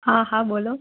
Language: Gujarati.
હા હા બોલો